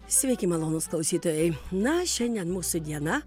sveiki malonūs klausytojai na šiandien mūsų diena